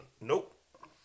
Nope